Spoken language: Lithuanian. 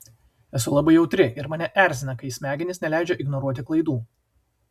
esu labai jautri ir mane erzina kai smegenys neleidžia ignoruoti klaidų